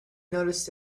noticed